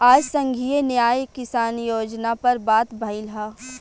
आज संघीय न्याय किसान योजना पर बात भईल ह